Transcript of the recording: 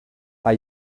are